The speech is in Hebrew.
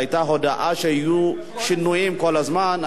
היתה הודעה שיהיו, שינויים כל הזמן.